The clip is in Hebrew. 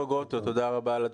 תודה רבה.